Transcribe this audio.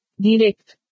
Direct